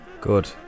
Good